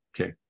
Okay